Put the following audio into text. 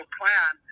plan